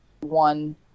one